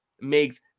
makes